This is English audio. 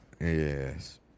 Yes